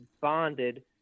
bonded